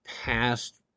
past